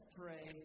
pray